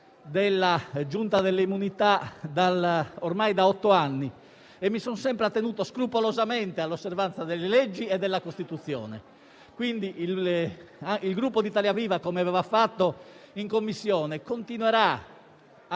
della Giunta delle immunità da ormai otto anni, e mi son sempre attenuto scrupolosamente all'osservanza delle leggi e della Costituzione. Quindi, il Gruppo di Italia Viva, come aveva fatto in Commissione, continuerà a